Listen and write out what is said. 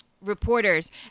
reporters